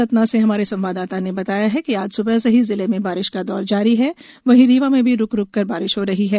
सतना से हमारे संवाददाता ने बताया है कि आज सुबह से ही जिले में बारिश का दौर जारी है वहीं रीवा में भी रुकरुक कर बारिश हो रही है